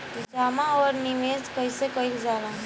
जमा और निवेश कइसे कइल जाला?